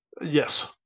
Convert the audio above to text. Yes